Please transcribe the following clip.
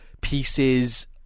pieces